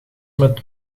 met